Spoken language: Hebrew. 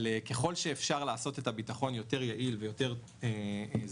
אבל ככל שאפשר לעשות את הביטחון יותר יעיל ויותר זול,